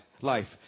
Life